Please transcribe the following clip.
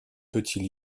petits